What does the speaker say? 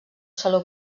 saló